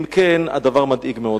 אם כן, הדבר מדאיג מאוד.